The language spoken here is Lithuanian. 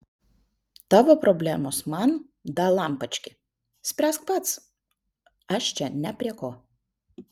tavo problemos man dalampački spręsk pats aš čia ne prie ko